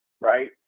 right